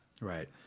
Right